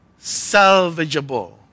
salvageable